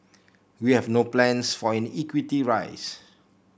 we have no plans for an equity rise